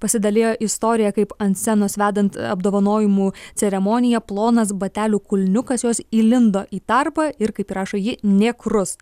pasidalijo istorija kaip ant scenos vedant apdovanojimų ceremoniją plonas batelių kulniukas jos įlindo į tarpą ir kaip rašo ji nė krust